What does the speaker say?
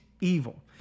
evil